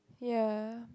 yeah